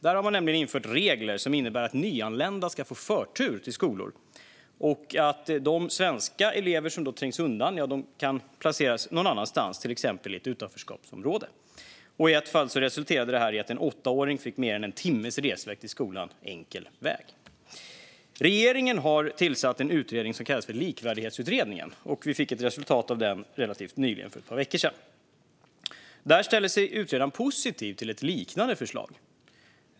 Där har man nämligen infört regler som innebär att nyanlända ska få förtur till skolor och att de svenska elever som då trängs undan kan placeras någon annanstans, till exempel i ett utanförskapsområde. I ett fall resulterade detta i att en åttaåring fick mer än en timmes resväg till skolan enkel väg. Regeringen har tillsatt en utredning som kallas likvärdighetsutredningen. Vi fick ett resultat av den relativt nyligen - för ett par veckor sedan. Där ställer sig utredaren positiv till ett liknande förslag.